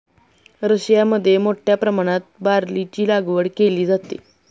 रशियामध्ये मोठ्या प्रमाणात बार्लीची लागवड केली जाते